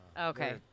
Okay